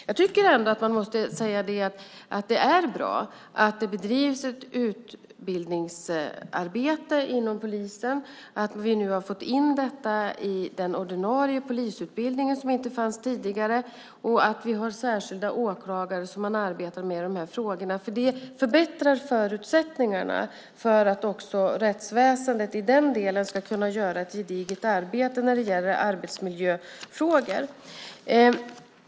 Jag tycker att det är bra att det bedrivs ett utbildningsarbete inom polisen, att vi nu har fått in detta i den ordinarie polisutbildningen, där det inte fanns tidigare, och att vi har särskilda åklagare som arbetar med de här frågorna. Det förbättrar förutsättningarna för att rättsväsendet i den delen ska kunna göra ett gediget arbete när det gäller arbetsmiljöfrågor.